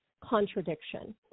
contradiction